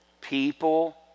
People